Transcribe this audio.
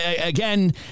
again